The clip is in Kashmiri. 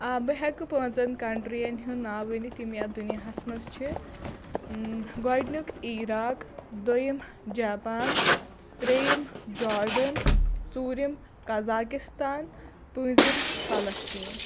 آ بہٕ ہٮ۪کہٕ پانٛژَن کَنٛٹِرین ہُنٛد ناو ؤنِتھ یِم یَتھ دُنیاہَس منٛز چھِ گۅڈنیُک عراق دوٚیِم جاپان ترٛیٚیِم جارڈَن ژوٗرِم کَزاکِستان پٲنٛژِم فلسطیٖن